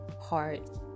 heart